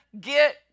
get